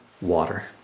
water